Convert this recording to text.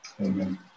amen